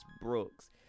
brooks